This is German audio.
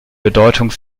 bedeutung